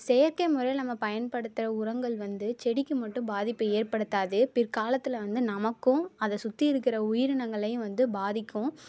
செயற்கை முறையில் நம்ம பயன்படுத்துகிற உரங்கள் வந்து செடிக்கு மட்டும் பாதிப்பை ஏற்படுத்தாது பிற்காலத்தில் வந்து நமக்கும் அதை சுற்றி இருக்கிற உயிரினங்களையும் வந்து பாதிக்கும்